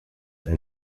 and